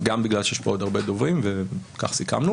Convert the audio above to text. גם בגלל שיש פה עוד הרבה דברים וכך סיכמנו.